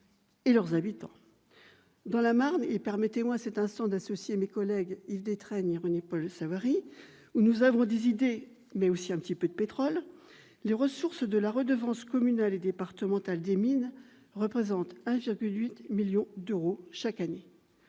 et leurs habitants. Dans la Marne- permettez-moi en cet instant d'associer à mon propos mes collègues Yves Détraigne et René-Paul Savary -, où nous avons des idées, mais aussi un peu de pétrole, les ressources de la redevance communale et départementale des mines représentent chaque année